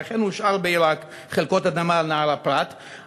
ואכן הושארו בעיראק חלקות אדמה על נהר הפרת,